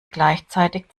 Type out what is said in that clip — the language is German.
gleichzeitig